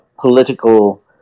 political